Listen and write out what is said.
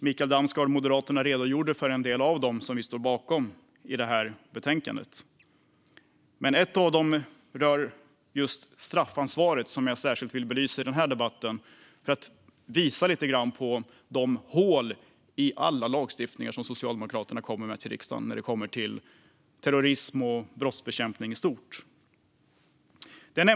Mikael Damsgaard från Moderaterna redogjorde för en del av dem som vi står bakom i betänkandet. En av dem rör straffansvaret, som jag vill belysa särskilt i denna debatt för att visa på de hål som finns i alla lagstiftningar som Socialdemokraterna kommer med till riksdagen när det kommer till terrorism och brottsbekämpning i stort.